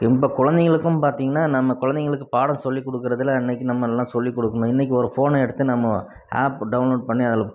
நம்ம குழந்தைகளுக்கும் பார்த்திங்ன்னா நம்ம குழந்தைகளுக்கும் பாடம் சொல்லி கொடுக்குறதுல அன்னிக்கு நம்மபெல்லாம் சொல்லி கொடுக்குணும் இன்னிக்கு ஒரு ஃபோன்னை எடுத்து நம்ம ஆப் டவுன்லோடு பண்ணி அதில்